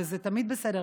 וזה תמיד בסדר,